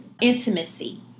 intimacy